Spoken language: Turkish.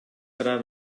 karar